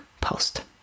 post